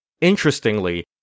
Interestingly